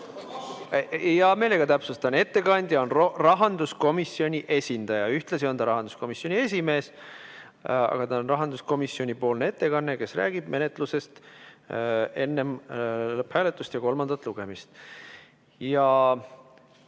Hea meelega täpsustan. Ettekandja on rahanduskomisjoni esindaja, ühtlasi on ta rahanduskomisjoni esimees. Ta on rahanduskomisjoni ettekandja, kes räägib menetlusest enne lõpphääletust ja kolmandat lugemist. Kas